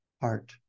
heart